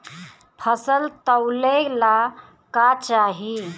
फसल तौले ला का चाही?